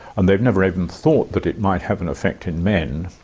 and they've never even thought that it might have an effect in men.